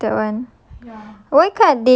ah that one